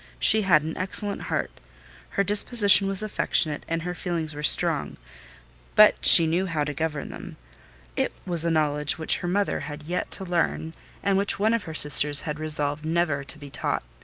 she had an excellent heart her disposition was affectionate, and her feelings were strong but she knew how to govern them it was a knowledge which her mother had yet to learn and which one of her sisters had resolved never to be taught.